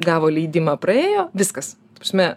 gavo leidimą praėjo viskas ta prasme